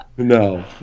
No